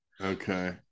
Okay